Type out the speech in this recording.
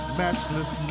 matchless